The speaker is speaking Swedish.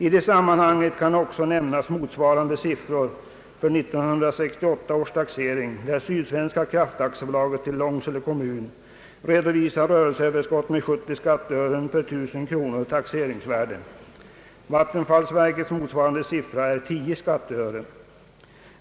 I sammanhanget kan också nämnas motsvarande siffror vid 1968 års taxering, där Sydsvenska Kraft AB till Långsele kommun redovisar rörelseöverskott med 70 skatteören per 1000 kronor i taxeringsvärde. Vattenfallsverkets motsvarande siffra är 10 skatteören.